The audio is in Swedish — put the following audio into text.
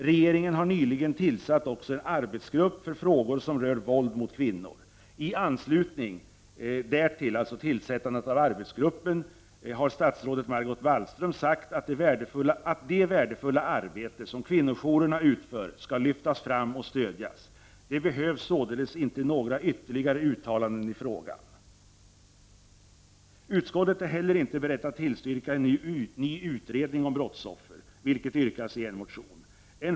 Regeringen har också nyligen tillsatt en arbetsgrupp för frågor som rör våld mot kvinnor. I anslutning därtill har statsrådet Margot Wallström sagt att det värdefulla arbete som kvinnojourerna utför skall lyftas fram och stödjas. Det behövs således inte några ytterligare uttalanden i frågan. Utskottet är inte heller berett att tillstyrka en ny utredning om brottsoffer, vilket yrkas i en motion.